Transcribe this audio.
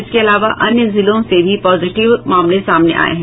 इसके अलावा अन्य जिलों से भी पॉजिटिव मामले सामने आये हैं